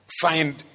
find